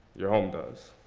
your home does.